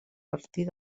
partir